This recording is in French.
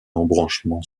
embranchement